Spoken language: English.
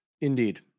Indeed